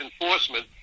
enforcement